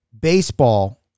baseball